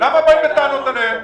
למה אתם באים בטענות אליהם?